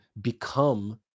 become